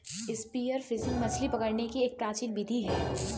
spear fishing मछली पकड़ने की एक प्राचीन विधि है